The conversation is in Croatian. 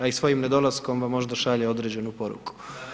A i svojim nedolaskom vam možda šalje određenu poruku.